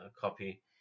copy